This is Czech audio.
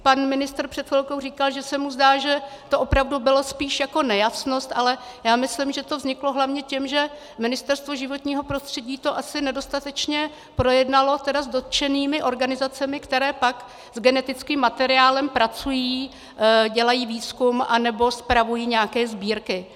Pan ministr před chvilkou říkal, že se mu zdá, že to opravdu byla spíš nejasnost, ale myslím si, že to vzniklo hlavně tím, že Ministerstvo životního prostředí to asi nedostatečně projednalo s dotčenými organizacemi, které pak s genetickým materiálem pracují, dělají výzkum anebo spravují nějaké sbírky.